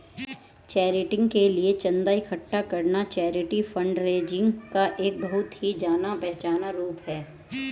charity के लिए चंदा इकट्ठा करना चैरिटी फंडरेजिंग का एक बहुत ही जाना पहचाना रूप है